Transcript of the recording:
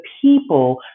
people